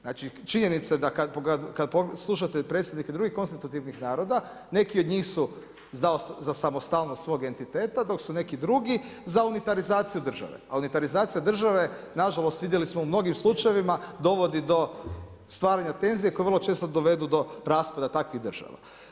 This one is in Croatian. Znači činjenica da kad slušate predstavnike drugih konstitutivnih naroda, neki od njih su za samostalnog svog entiteta, dok su neki drugi za unitarizaciju države, a unitarizacija države, nažalost, vidjeli smo u mnogim slučajevima, dovodi do stvaranja tenzija koje vrlo često dovedu do raspada takvih država.